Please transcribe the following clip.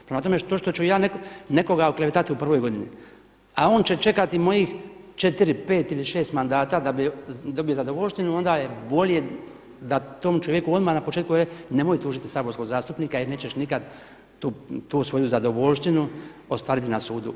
Prema tome, što ću ja nekoga oklevetati u prvoj godini a on će čekati mojih četiri, pet ili šest mandata da bi dobio zadovoljštinu onda je bolje da tom čovjeku odmah na početku kažemo nemoj tužiti saborskog zastupnika jer nećeš nikad tu svoju zadovoljštinu ostvariti na sudu.